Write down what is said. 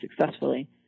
successfully